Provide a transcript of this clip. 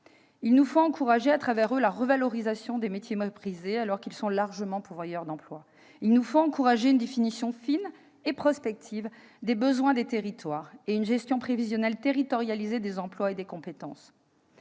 Il nous faut, à travers eux, encourager la revalorisation des métiers méprisés mais largement pourvoyeurs d'emplois. Il nous faut encourager une définition fine et prospective des besoins des territoires et une gestion prévisionnelle territorialisée des emplois et des compétences.